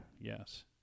Yes